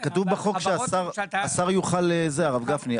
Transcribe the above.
הרב גפני,